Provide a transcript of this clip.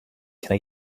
can